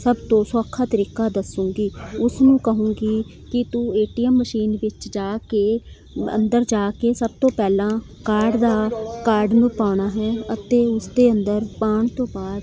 ਸਭ ਤੋਂ ਸੌਖਾ ਤਰੀਕਾ ਦੱਸੂਗੀ ਉਸ ਨੂੰ ਕਹੂੰਗੀ ਕੀ ਤੂੰ ਏਟੀਐੱਮ ਮਸ਼ੀਨ ਵਿੱਚ ਜਾ ਕੇ ਅੰਦਰ ਜਾ ਕੇ ਸਭ ਤੋਂ ਪਹਿਲਾਂ ਕਾਰਡ ਦਾ ਕਾਰਡ ਨੂੰ ਪਾਉਣਾ ਹੈ ਅਤੇ ਉਸ ਦੇ ਅੰਦਰ ਪਾਉਣ ਤੋਂ ਬਾਅਦ